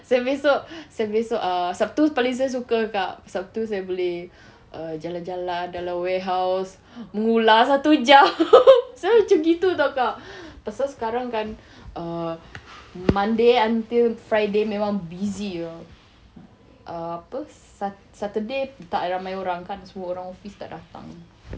saya esok saya esok err sabtu paling saya suka kak sabtu saya boleh err jalan-jalan dalam warehouse mengular satu jam saya macam itu [tau] kak pasal sekarang kan err monday until friday memang busy ah err apa sat~ saturday tak ramai orang kan semua orang office tak datang